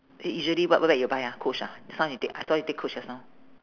u~ usually what what bag you buy ah coach ah just now you take I saw you take coach just now